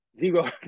zero